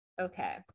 Okay